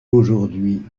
aujourd’hui